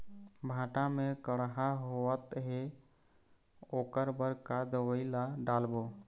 भांटा मे कड़हा होअत हे ओकर बर का दवई ला डालबो?